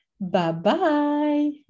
Bye-bye